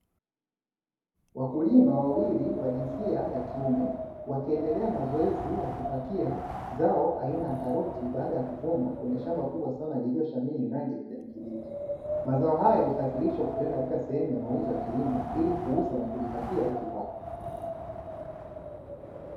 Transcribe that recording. Wakulima wawili wa jinsia ya kiume wakiendelea na zoezi la kupakia zao aina ya karoti baada ya kuvuna kwenye shamba kubwa sana lililoshamiri rangi ya kijani kibichi. Mazao hayo husafirishwa kupelekwa katika sehemu ya mauzo ya kilimo ili kuuza na kujipatia kipato.